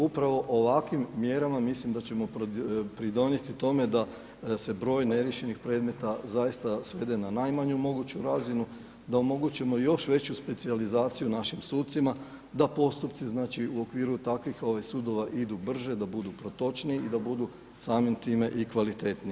Upravo ovakvim mjerama mislim da ćemo pridonijeti tome, da se broj neriješenih predmeta zaista svede na najmanju moguću razinu, da omogućimo još veću specijalizaciju našim sucima, da postupci, znači u okviru takvih sudova idu brže, da budu točniji i da budu samim time i kvalitetniji.